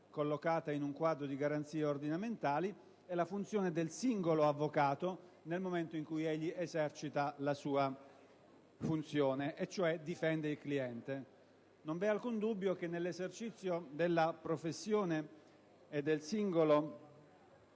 collocata in un quadro di garanzie ordinamentali, e la funzione del singolo avvocato nel momento in cui egli esercita la sua funzione e cioè difende il cliente. Non v'è alcun dubbio che nell'esercizio della professione e del singolo